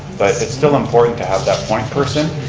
but it's still important to have that point person.